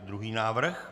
Druhý návrh.